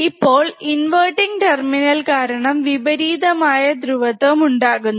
ഇപ്പോൾ inverting terminal കാരണം വിപരീതമായ ധ്രുവത്വം ഉണ്ടാകുന്നു